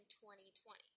2020